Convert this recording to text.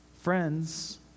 friends